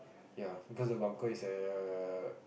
ya because the bunker is err